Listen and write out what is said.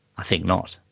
i think not.